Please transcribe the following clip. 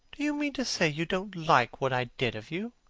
do you mean to say you don't like what i did of you?